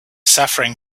suffering